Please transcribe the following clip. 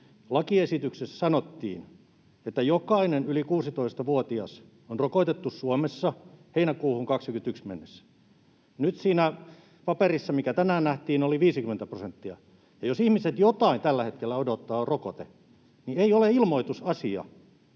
sanottiin, että jokainen yli 16-vuotias on rokotettu Suomessa heinäkuuhun 21 mennessä. Nyt siinä paperissa, mikä tänään nähtiin, oli 50 prosenttia. Ja jos ihmiset jotain tällä hetkellä odottavat, niin se on rokote, eikä ole ilmoitusasia,